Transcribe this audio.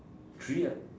three